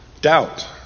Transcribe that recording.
Doubt